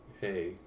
Hey